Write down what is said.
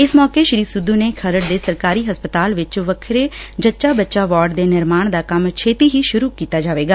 ਇਸ ਮੌਕੇ ਸ਼ੀ ਸਿੱਧੁ ਨੇ ਖਰੜ ਦੇ ਸਰਕਾਰੀ ਹਸਪਤਾਲ ਵਿਚ ਵੱਖਰਾ ਜੱਚਾ ਬੱਚਾ ਵਾਰਡ ਦੇ ਨਿਰਮਾਣ ਦਾ ਕੰਮ ਛੇਤੀ ਹੀ ਸ਼ੁਰੁ ਕੀਤਾ ਜਾਵੇਗਾ